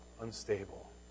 Unstable